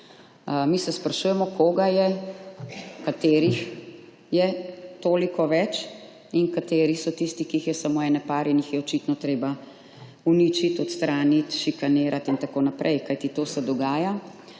Mi se sprašujemo, koga je, katerih je toliko več in kateri so tisti, ki jih je samo ene par in jih je očitno treba uničiti, odstraniti, šikanirati in tako naprej, kajti to se dogaja.